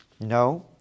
No